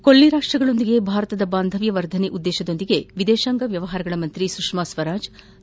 ಕೊಲ್ಲಿ ರಾಷ್ಷಗಳೊಂದಿಗೆ ಭಾರತದ ಬಾಂಧವ್ಯ ವರ್ಧನೆ ಉದ್ದೇಶದೊಂದಿಗೆ ವಿದೇಶಾಂಗ ವ್ಯವಹಾರಗಳ ಸಚಿವೆ ಸುಷ್ಕಾ ಸ್ನರಾಜ್ ದೋಹಾಗ ಆಗಮನ